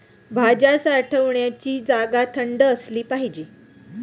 भाज्या साठवण्याची जागा थंड असली पाहिजे